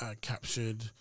captured